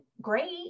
great